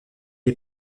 est